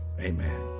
amen